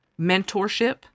mentorship